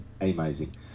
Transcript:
amazing